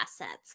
assets